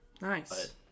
Nice